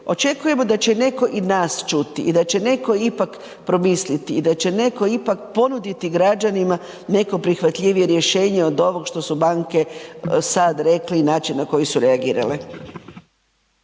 očekujemo da će netko i nas čuti i da će netko ipak promisliti i da će netko ipak ponuditi građanima neko prihvatljivije rješenje od ovog što su banke sad rekli i način na koje su reagirale.